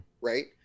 right